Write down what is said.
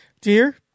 Dear